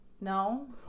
No